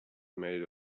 made